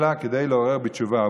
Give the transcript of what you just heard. אלא כדי לעורר בתשובה.